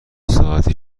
ساعتی